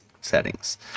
settings